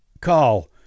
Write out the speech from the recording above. Call